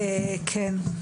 כן.